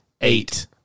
eight